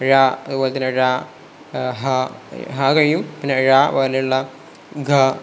ഴ അതുപോലെ തന്നെ റ ഹ ഹ കഴിയും ഴ പിന്നെ ള ഘ